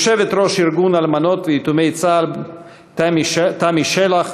יושבת-ראש ארגון אלמנות ויתומי צה"ל תמי שלח,